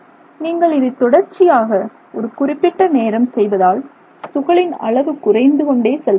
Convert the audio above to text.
நீங்கள் இதை தொடர்ச்சியாக ஒரு குறிப்பிட்ட நேரம் செய்வதால் துகளின் அளவு குறைந்து கொண்டே செல்கிறது